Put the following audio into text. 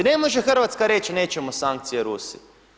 Ne može Hrvatska reći nećemo sankcije Rusiji.